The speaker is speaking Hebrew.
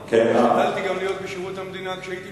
אני בשירות המדינה בפועל, בתוך המנגנון.